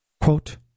Quote